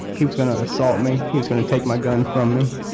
he was going to assault me. he was going to take my gun from me